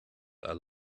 are